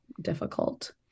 difficult